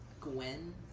Gwen